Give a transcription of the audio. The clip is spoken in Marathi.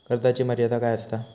कर्जाची मर्यादा काय असता?